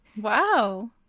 Wow